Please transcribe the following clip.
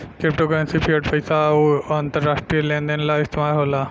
crypto currency fiat पईसा ह अउर इ अंतरराष्ट्रीय लेन देन ला इस्तमाल होला